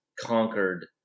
conquered